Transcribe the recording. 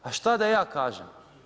A što da ja kažem?